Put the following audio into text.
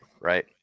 Right